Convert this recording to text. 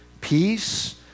peace